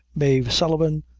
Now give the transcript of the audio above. mave sullivan,